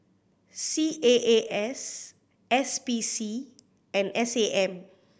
C A A S S P C and S A M